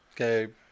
okay